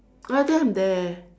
I think I'm there